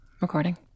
recording